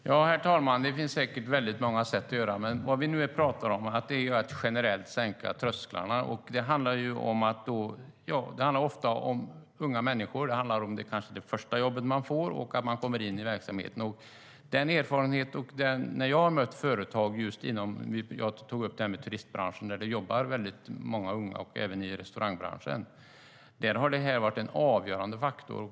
STYLEREF Kantrubrik \* MERGEFORMAT Areella näringar, landsbygd och livsmedelDen erfarenhet jag har efter att ha mött företag inom turistbranschen, där det jobbar många unga - det gäller även gäller restaurangbranschen - är att det har varit en avgörande faktor.